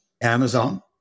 Amazon